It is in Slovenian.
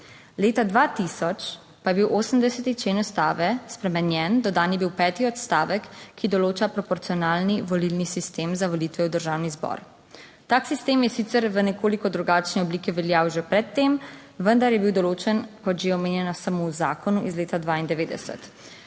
Leta 2000 pa je bil 80. člen ustave spremenjen, dodan je bil peti odstavek, ki določa proporcionalni volilni sistem za volitve v Državni zbor. Tak sistem je sicer v nekoliko drugačni obliki veljal že pred tem, vendar je bil določen, kot že omenjeno, samo v zakonu iz leta 1992.